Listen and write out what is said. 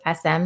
SM